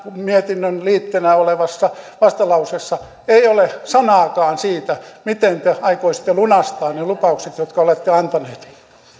mietinnön liitteenä olevassa vastalauseessa ei ole sanaakaan siitä miten te aikoisitte lunastaa ne lupaukset jotka olette antaneet